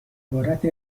عبارت